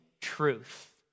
truth